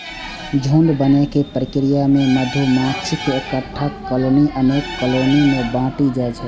झुंड बनै के प्रक्रिया मे मधुमाछीक एकटा कॉलनी अनेक कॉलनी मे बंटि जाइ छै